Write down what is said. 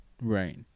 right